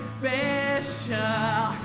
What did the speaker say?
special